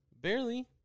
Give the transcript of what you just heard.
barely